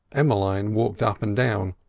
emmeline walked up and down,